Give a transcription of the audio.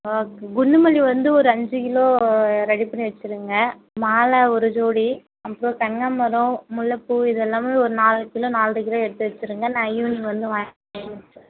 ஆ குண்டு மல்லிகை வந்து ஒரு அஞ்சு கிலோ ரெடி பண்ணி வெச்சுருங்க மாலை ஒரு ஜோடி அப்புறம் கனகாம்பரம் முல்லைப்பூ இது எல்லாமே ஒரு நாலு கிலோ நால்ரை கிலோ எடுத்து வெச்சுங்க நான் ஈவினிங் வந்து வாங்கிகிறேன்